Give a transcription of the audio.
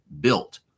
built